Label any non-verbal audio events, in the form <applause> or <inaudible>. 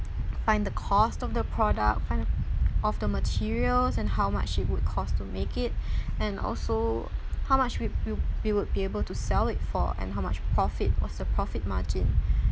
find the cost of the product find the of the materials and how much it would cost to make it <breath> and also how much we'd we'll we would be able to sell it for and how much profit was a profit margin